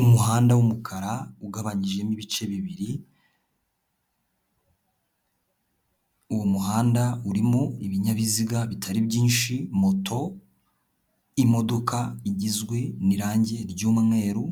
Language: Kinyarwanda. Umuhanda w'umukara ugabanyijemo ibice bibiri, uwo muhanda urimo ibinyabiziga bitari byinshi moto, imodoka igizwe n'irange ry'umweru,